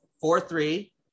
Four-three